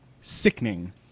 sickening